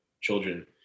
children